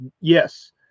Yes